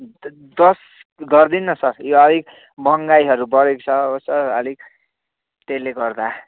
दस गरिदिनु न सर यो अलिक महँगाइहरू बढेको छ हो सर अलिक त्यसले गर्दा